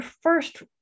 first